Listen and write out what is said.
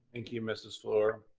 thank you, mrs. fluor.